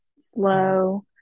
slow